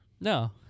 No